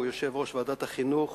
הוא יושב ראש ועדת החינוך